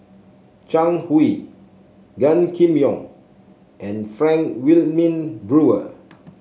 Zhang Hui Gan Kim Yong and Frank Wilmin Brewer